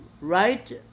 right